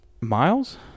Miles